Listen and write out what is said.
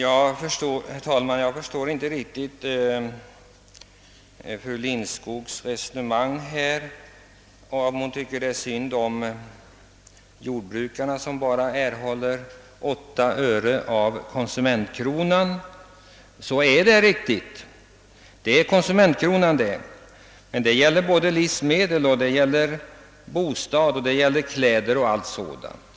Herr talman! Fru Lindskogs resonemang om att hon tycker synd om jordbrukarna som bara erhåller 8 procent av konsumentkronan kan jag inte riktigt förstå. Det är riktigt, att det i det sammanhanget gäller konsumentkronan. Det gäller både livsmedel, bostad, kläder och allt sådant.